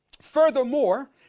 Furthermore